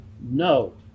no